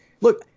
Look